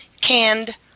Canned